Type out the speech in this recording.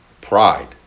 Pride